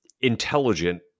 intelligent